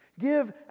Give